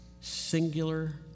Singular